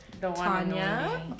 tanya